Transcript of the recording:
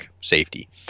safety